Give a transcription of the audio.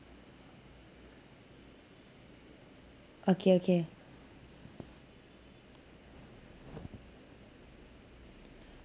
okay okay